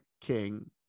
king